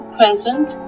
present